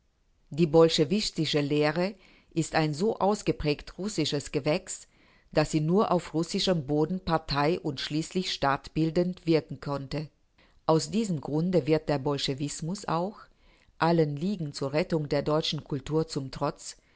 die bolschewistische lehre ist ein so ausgeprägt russisches gewächs daß sie nur auf russischem boden partei und schließlich staatbildend wirken konnte aus diesem grunde wird der bolschewismus auch allen ligen zur rettung der deutschen kultur zum trotz